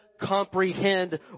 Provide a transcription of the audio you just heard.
comprehend